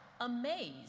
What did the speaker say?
amazed